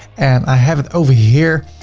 and i have it over here.